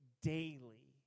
daily